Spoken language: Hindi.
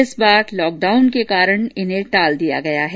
इस बार लॉकडाउन के कारण इन्हें टाल दिया गया हैं